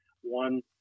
one